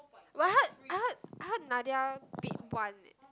but I heard I heard I heard Nadia bid one eh